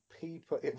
people